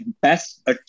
best